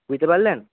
বুঝতে পারলেন